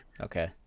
okay